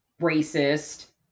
racist